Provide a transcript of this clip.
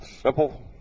simple